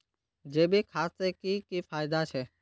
जैविक खाद से की की फायदा छे?